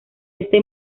este